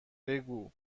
بگو